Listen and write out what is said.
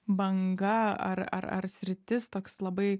banga ar ar ar sritis toks labai